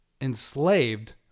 enslaved